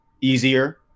easier